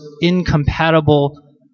incompatible